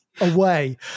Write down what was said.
away